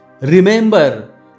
Remember